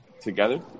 together